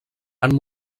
han